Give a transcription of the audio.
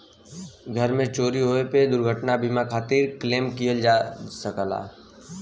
घर में चोरी होये पे दुर्घटना बीमा खातिर क्लेम किहल जा सकला